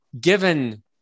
given